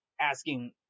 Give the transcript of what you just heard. asking